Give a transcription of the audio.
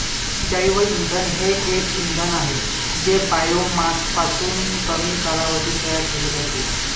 जैवइंधन हे एक इंधन आहे जे बायोमासपासून कमी कालावधीत तयार केले जाते